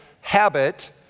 habit